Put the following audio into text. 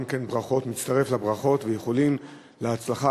אני גם מצטרף לברכות ולאיחולים להצלחה.